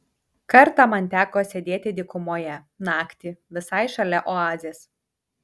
kartą man teko sėdėti dykumoje naktį visai šalia oazės